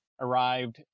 arrived